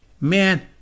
Man